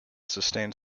sustained